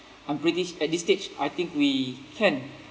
I'm pretty at this stage I think we can